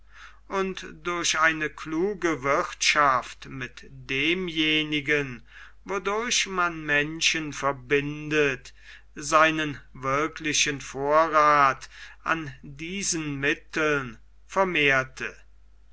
und durch eine kluge wirtschaft mit demjenigen wodurch man menschen verbindet seinen wirklichen vorrath an diesen mitteln vermehrte